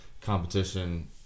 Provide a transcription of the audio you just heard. competition